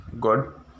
good